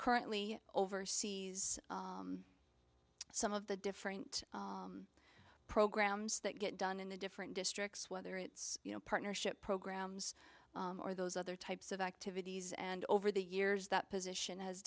currently overseas some of the different programs that get done in the different districts whether it's you know partnership programs or those other types of activities and over the years that position has